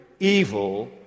Evil